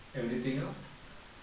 everything else